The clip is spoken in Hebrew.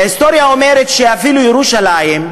וההיסטוריה אומרת שאפילו ירושלים,